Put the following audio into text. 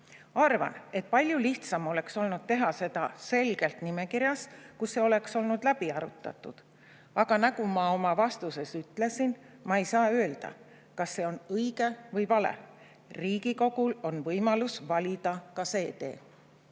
arvan, et palju lihtsam oleks olnud teha seda selgelt nimekirjas, kus see oleks olnud läbi arutatud. Aga nagu ma ka vastuses ütlesin, ma ei saa öelda, kas see on õige või vale. Riigikogul on võimalus valida ka see